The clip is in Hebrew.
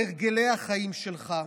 הרגלי החיים שלך.